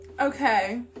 Okay